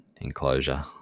enclosure